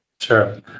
Sure